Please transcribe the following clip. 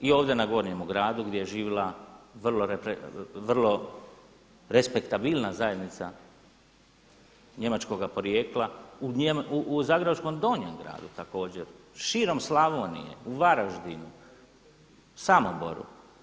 I ovdje na Gornjemu gradu gdje je živjela vrlo respektabilna zajednica njemačkoga porijekla, u zagrebačkom Donjem gradu također, širom Slavonije, u Varaždinu, Samoboru.